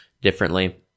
differently